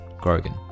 Grogan